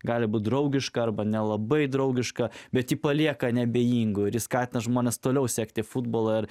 gali būti draugiška arba nelabai draugiška bet ji palieka neabejingų ir skatina žmones toliau sekti futbolą ir